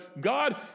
God